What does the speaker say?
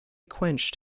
quenched